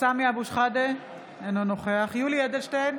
סמי אבו שחאדה, אינו נוכח יולי יואל אדלשטיין,